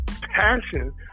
passion